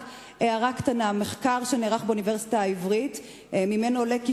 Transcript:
רק הערה קטנה: ממחקר שנערך באוניברסיטה העברית עולה כי